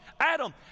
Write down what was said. Adam